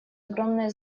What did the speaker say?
огромное